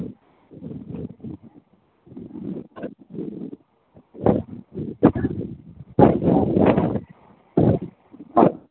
ஆ